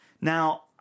Now